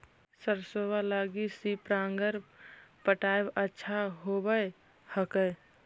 सरसोबा लगी स्प्रिंगर पटाय अच्छा होबै हकैय?